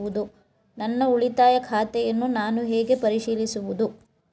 ನನ್ನ ಉಳಿತಾಯ ಖಾತೆಯನ್ನು ನಾನು ಹೇಗೆ ಪರಿಶೀಲಿಸುವುದು?